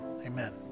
Amen